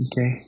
okay